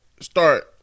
start